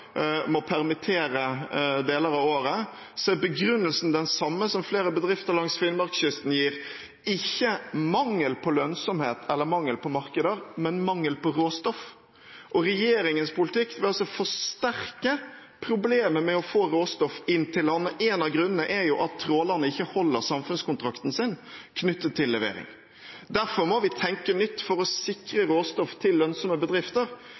permittere i deler av året, er begrunnelsen – den samme som flere bedrifter langs Finnmarkskysten gir – ikke mangel på lønnsomhet eller mangel på markeder, men mangel på råstoff. Regjeringens politikk vil forsterke problemet med å få råstoff inn til land. En av grunnene er at trålerne ikke holder samfunnskontrakten sin knyttet til levering. Derfor må vi tenke nytt for å sikre råstoff til lønnsomme bedrifter.